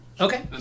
Okay